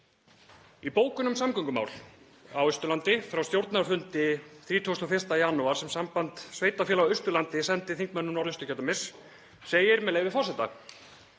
Í bókun um samgöngumál á Austurlandi frá stjórnarfundi 31. janúar sem Samband sveitarfélaga á Austurlandi sendi Þingmönnum Norðausturkjördæmis segir, með leyfi forseta: